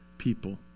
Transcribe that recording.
people